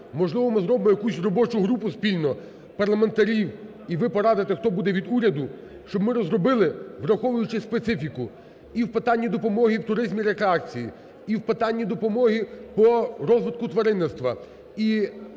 Можливо, ми зробимо якусь робочу групу спільно парламентарів, і ви порадите, хто буде від уряду, щоб ми розробили, враховуючи специфіку, і в питанні допомоги і в туризмі рекреації, і в питанні допомоги по розвитку тваринництва,